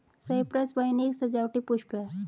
Cyprus vine एक सजावटी पुष्प है